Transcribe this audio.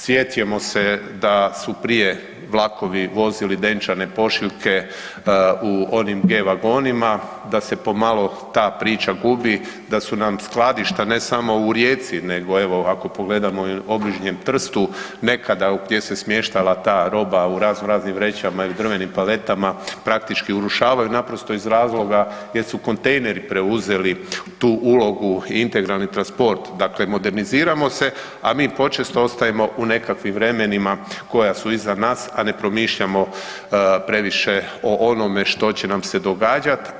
Sjetimo se da su prije vlakovi vozili denčane pošiljke u onim G vagonima, da se pomalo ta priča gubi, da su nam skladišta ne samo u Rijeci nego ako pogledamo obližnjem Trstu nekada gdje se smještala ta roba u raznoraznim vrećama ili drvenim paletama praktički urušavaju naprosto iz razloga jer su kontejneri preuzeli tu ulogu i integralni transport, dakle moderniziramo se, a mi počesto ostajemo u nekakvim vremenima koja su iza nas, a ne promišljamo previše o onome što će nam se događat.